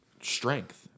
strength